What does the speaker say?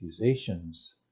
accusations